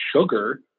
sugar